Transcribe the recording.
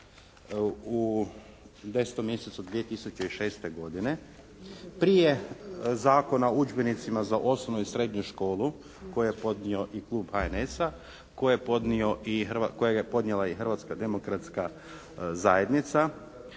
u 10. mjesecu 2006. godine. Prije Zakona o udžbenicima za osnovnu i srednju školu koji je podnio i Klub HNS-a, koji je podnio, kojega je podnijela i Hrvatska demokratska zajednica.